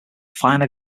finer